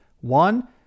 One